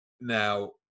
Now